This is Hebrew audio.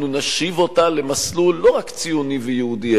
אנחנו נשיב אותה למסלול לא רק ציוני ויהודי,